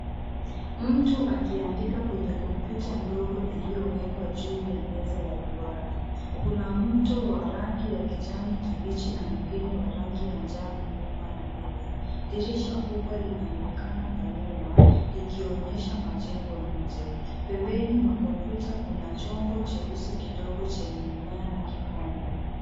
Mtu akiandika kwenye kompyuta ndogo iliyowekwa juu ya meza ya duara. Kuna mto wa rangi ya kijani kibichi na mwingine wa rangi ya njano nyuma ya meza. Dirisha kubwa linaonekana kwa nyuma, likionyesha majengo nje. Pembeni mwa kompyuta kuna chombo cheusi kidogo chenye mmea na kikombe.